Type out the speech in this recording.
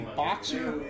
boxer